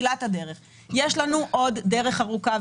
יש לנו עוד דרך ארוכה.